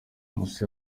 nkusi